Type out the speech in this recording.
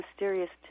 mysterious